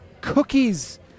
cookies